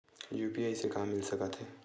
UPI से का मिल सकत हे?